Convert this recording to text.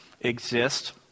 exist